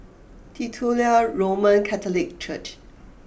Titular Roman Catholic Church